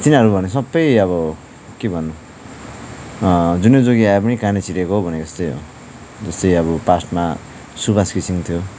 तिनीहरू भने सबै अब के भन्नु जुनै जोगी आए पनि कानै चिरिएको भने जस्तै हो जस्तै अब पास्टमा सुभाष घिसिङ थियो